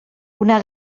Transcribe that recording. una